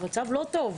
המצב לא טוב.